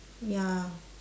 ya